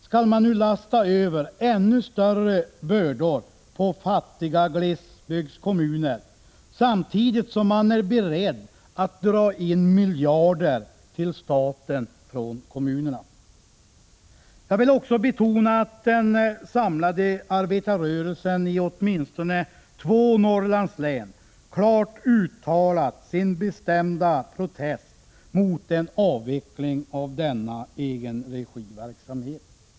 Skall man nu lasta över ännu större bördor på fattiga glesbygdskommuner, samtidigt som man är beredd att dra in miljarder till staten från kommunerna? Jag vill också betona att den samlade arbetarrörelsen i åtminstone två Norrlandslän klart har uttalat sin bestämda protest mot en avveckling av denna egenregiverksamhet.